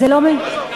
זה לא משנה,